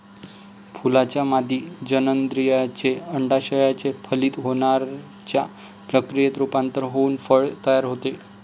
फुलाच्या मादी जननेंद्रियाचे, अंडाशयाचे फलित होण्याच्या प्रक्रियेत रूपांतर होऊन फळ तयार होते